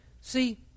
See